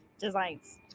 designs